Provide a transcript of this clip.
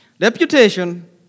Reputation